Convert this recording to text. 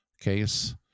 case